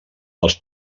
dels